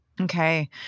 Okay